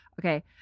Okay